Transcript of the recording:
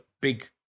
Big